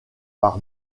par